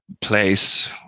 place